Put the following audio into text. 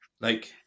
like-